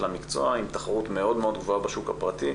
למקצוע עם תחרות מאוד גבוהה בשוק הפרטי,